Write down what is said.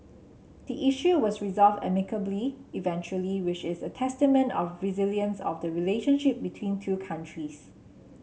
the issue was resolved amicably eventually which is a testament of resilience of the relationship between two countries